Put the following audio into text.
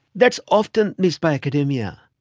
that's often missed by academia.